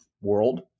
world